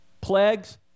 plagues